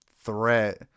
threat